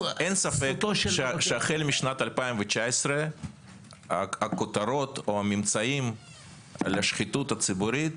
שהחל משנת 2019 הכותרות או הממצאים על השחיתות הציבורית